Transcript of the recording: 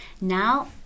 Now